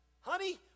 Honey